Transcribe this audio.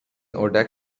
اردک